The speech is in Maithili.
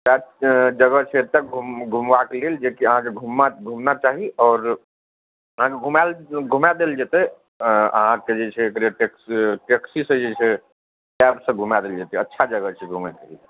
कए जगह छै एतऽ घुम घुमबाक लेल जेकि अहाँके घुमा घुमना चाही आओर अहाँके घुमय लए घुमय देल जेतय अऽ अहाँके जे छै एकरे टैक्सी टैक्सीसँ जे छै कैबसँ घुमय देल जेतय अच्छा जगह छै घुमयके लेल